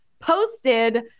posted